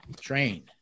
train